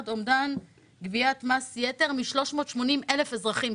אומדן גביית מס יתר מ-380 אלף אזרחים.